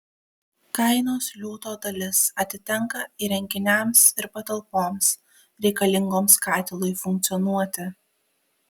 kainos liūto dalis atitenka įrenginiams ir patalpoms reikalingoms katilui funkcionuoti